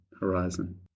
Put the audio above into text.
horizon